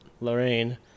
Lorraine